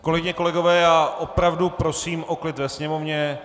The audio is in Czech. Kolegyně a kolegové, já opravdu prosím o klid ve sněmovně.